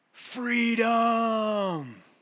freedom